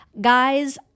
Guys